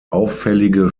auffällige